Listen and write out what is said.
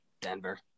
Denver